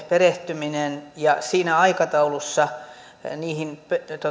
perehtyminen ja siinä aikataulussa